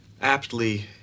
aptly